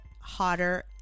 hotter